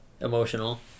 emotional